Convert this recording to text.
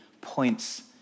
points